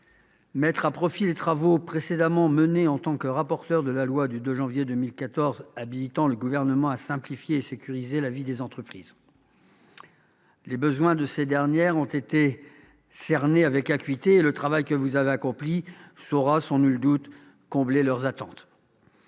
mettre à profit les travaux que vous aviez précédemment menés en tant que rapporteur de la loi du 2 janvier 2014 habilitant le Gouvernement à simplifier et sécuriser la vie des entreprises. Les besoins de ces dernières ont été cernés avec acuité, et le travail que vous avez accompli saura sans nul doute combler leurs attentes.